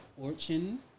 Fortune